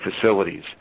facilities